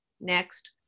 next